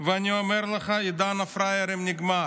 ואני אומר לך, עידן הפראיירים נגמר.